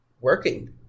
working